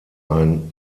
ein